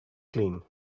cleaned